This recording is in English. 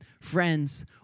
Friends